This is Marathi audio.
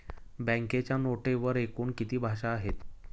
बँकेच्या नोटेवर एकूण किती भाषा आहेत?